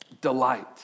delight